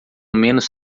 menos